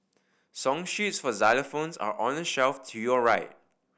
song sheets for xylophones are on the shelf to your right